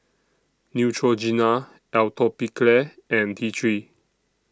Neutrogena Atopiclair and T three